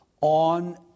on